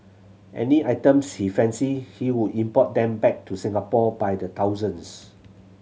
any item she fancied he would import them back to Singapore by the thousands